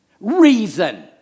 reason